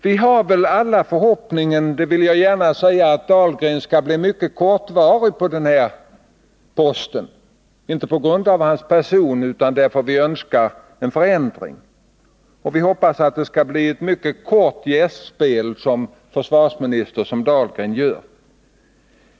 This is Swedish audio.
Vi har väl alla förhoppningen att det skall bli ett mycket kort gästspel Anders Dahlgren gör som försvarsminister — inte på grund av hans person utan därför att vi önskar en förändring.